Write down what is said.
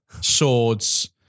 swords